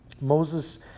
Moses